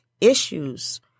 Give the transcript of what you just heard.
issues